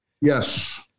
yes